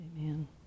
Amen